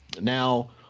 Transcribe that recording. now